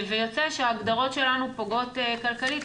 ויוצא שההגדרות שלנו פוגעות כלכלית,